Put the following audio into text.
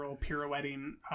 pirouetting